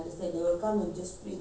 pest control lah